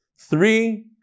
Three